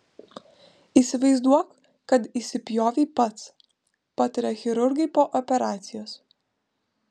įsivaizduok kad įsipjovei pats pataria chirurgai po operacijos